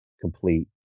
complete